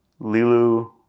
Lilu